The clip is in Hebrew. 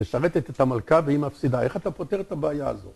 ‫משרתת את המלכה והיא מפסידה. ‫איך אתה פותר את הבעיה הזאת?